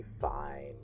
fine